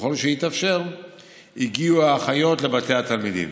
וככל שהתאפשר הגיעו האחיות לבתי התלמידים.